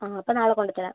ആ അപ്പം നാളെ കൊണ്ടത്തരാം